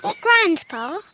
Grandpa